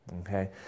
Okay